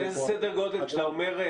כשאתה אומר,